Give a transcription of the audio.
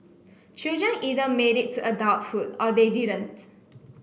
children either made it to adulthood or they didn't